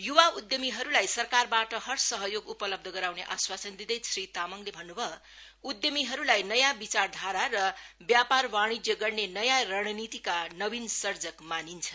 य्वा उद्यमीहरुलाई सरकारवाट हर सहयोग उपलब्ध गरुने आश्वासन दिँदै श्री तामाङले भन्न् अयो ल उद्यमीहरुलाई नयाँ विचारधारा र व्यापार वाणिज्य गर्ने तथा रणनीतिका नवीन सर्जक मानिन्छ